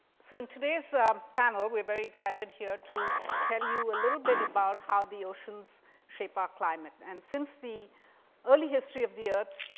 so today's ah um panel, we're very excited here to tell you a little bit about how the oceans shape our ah climate. and and since the early history of the earth,